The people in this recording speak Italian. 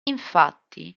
infatti